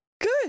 Good